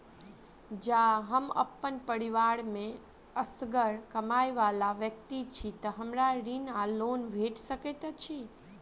जँ हम अप्पन परिवार मे असगर कमाई वला व्यक्ति छी तऽ हमरा ऋण वा लोन भेट सकैत अछि?